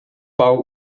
pauw